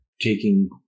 taking